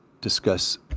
discuss